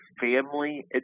family